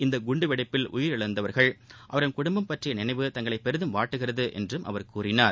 இந்த குண்டுவெடிப்பில் உயிரிழந்தோர் அவர்களின் குடும்பம் பற்றிய நினைவு தங்களை பெரிதும் வாட்டுகிறது என்றும் கூறினார்